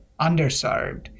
underserved